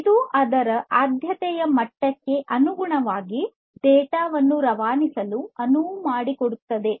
ಇದು ಅದರ ಆದ್ಯತೆಯ ಮಟ್ಟಕ್ಕೆ ಅನುಗುಣವಾಗಿ ಡೇಟಾವನ್ನು ರವಾನಿಸಲು ಅನುವು ಮಾಡಿಕೊಡುತ್ತದೆ